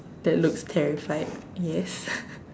that looks terrified yes